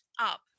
up